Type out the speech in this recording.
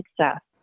success